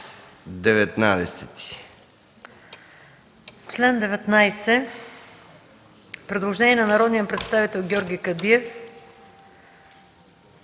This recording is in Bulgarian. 19.